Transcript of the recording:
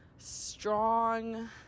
strong